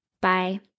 Bye